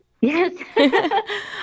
Yes